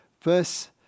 verse